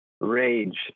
rage